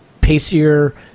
pacier